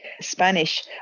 Spanish